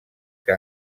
que